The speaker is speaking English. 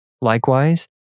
Likewise